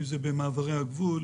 אם זה במעברי הגבול,